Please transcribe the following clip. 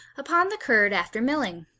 upon the curd, after milling.